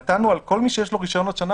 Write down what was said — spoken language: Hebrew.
נתנו על כל מי שיש לו רישיון בעוד שנה,